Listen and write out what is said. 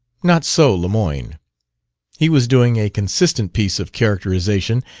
not so lemoyne he was doing a consistent piece of characterization,